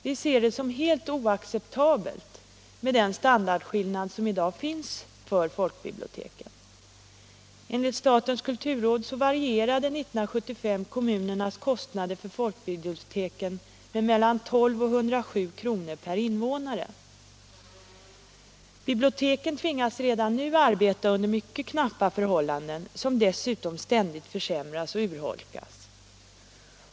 Vi ser den standardskillnad som i dag finns vid folkbiblioteken som helt oacceptabel. Enligt statens kulturråd varierade 1975 kommunernas kostnader för folkbiblioteken mellan 12 och 107 kr. per invånare. Folkbiblioteken tvingas redan nu arbeta under mycket knappa förhållanden som dessutom ständigt försämras.